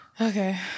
Okay